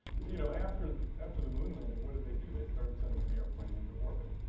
you know after after the moon landing, what did they do? they started sending an airplane into orbit.